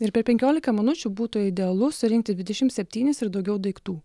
ir per penkiolika minučių būtų idealu surinkti dvidešimt septynis ir daugiau daiktų